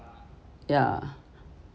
yeah